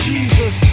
Jesus